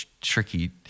tricky